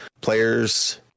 Players